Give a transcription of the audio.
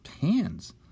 hands